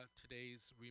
today's